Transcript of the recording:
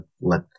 let